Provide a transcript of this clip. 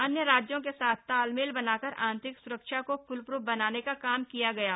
अन्य राज्यों के साथ तालमेल बनाकर आंतरिक सुरक्षा को फुलप्रूफ बनाने का काम किया गया है